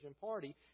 party